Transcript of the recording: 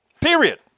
Period